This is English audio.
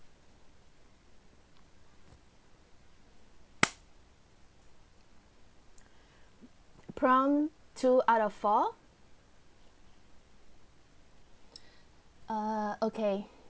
prompt two out of four err okay